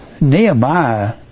Nehemiah